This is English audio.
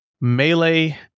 Melee